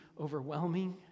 overwhelming